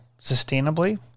sustainably